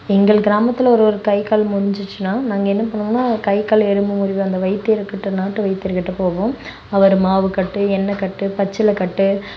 எங்கள் கிராமத்தில் ஒருவருக்கு கை கால் முறிஞ்சிருச்சினால் நாங்கள் என்ன பண்ணுவோம்னா கை கால் எலும்பு முறிவு அந்த வைத்தியர்கிட்ட நாட்டு வைத்தியர்கிட்ட போவோம் அவரு மாவுக்கட்டு எண்ணைக்கட்டு பச்சிலக்கட்டு